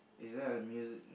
is there a muse